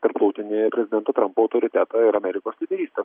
tarptautinį prezidento trampo autoritetą ir amerikos lyderystę